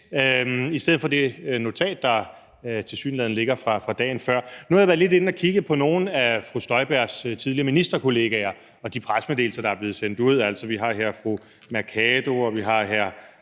i stedet for det notat, der tilsyneladende ligger fra dagen før. Nu har jeg været lidt inde at kigge på nogle af fru Inger Støjbergs tidligere ministerkollegaer og de pressemeddelelser, der er blevet sendt ud. Vi har her fru Mai Mercado, vi har hr.